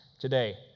today